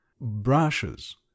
brushes